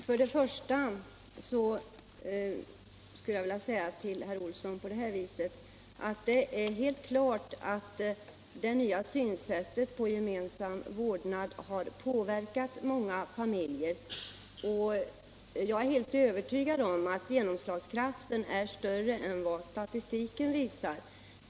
Herr talman! Jag skulle vilja säga till herr Olsson i Sundsvall att det är helt klart att den nya synen på gemensam vårdnad har påverkat många familjer. Jag är helt övertygad om att genomslagskraften är större än vad statistiken visar.